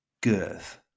girth